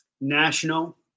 national